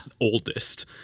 oldest